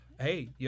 Hey